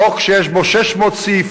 חוק שיש בו 600 סעיפים,